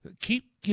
Keep